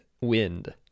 Wind